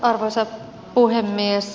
arvoisa puhemies